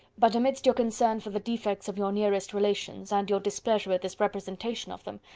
but amidst your concern for the defects of your nearest relations, and your displeasure at this representation of them,